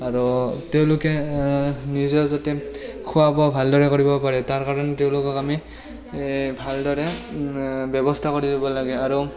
আৰু তেওঁলোকে নিজেও যাতে খোৱা বোৱা ভালদৰে কৰিব পাৰে তাৰ কাৰণে তেওঁলোকক আমি ভালদৰে ব্যৱস্থা কৰি দিব লাগে আৰু